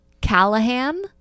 Callahan